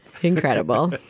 Incredible